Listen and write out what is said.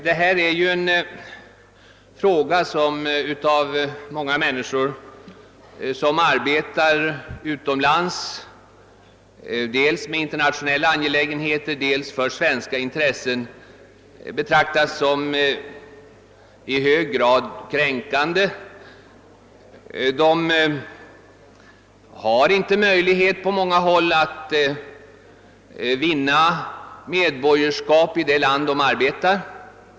Det aktuella förhållandet betraktas av många människor som arbetar utomlands — dels med internationella angelägenheter, dels för svenska intressen — som i hög grad kränkande. Vederbörande har i många fall inte möjlighet att vinna medborgarskap i det land där de arbetar.